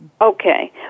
Okay